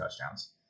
touchdowns